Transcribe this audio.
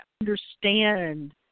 understand